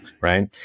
right